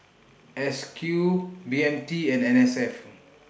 S Q B M T and N S F